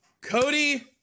Cody